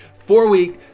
four-week